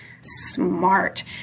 smart